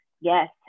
yes